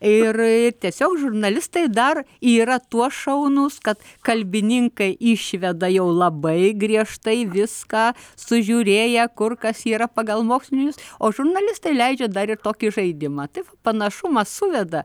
ir tiesiog žurnalistai dar yra tuo šaunūs kad kalbininkai išveda jau labai griežtai viską sužiūrėję kur kas yra pagal mokslinius o žurnalistai leidžia dar ir tokį žaidimą taip va panašumas suveda